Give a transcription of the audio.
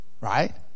right